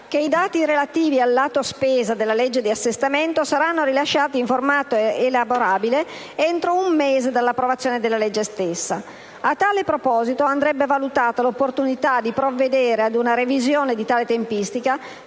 che i dati relativi al lato spesa della legge di assestamento saranno rilasciati in formato elaborabile entro un mese dall'approvazione della legge stessa. A tale proposito, andrebbe valutata l'opportunità di provvedere ad una revisione di tale tempistica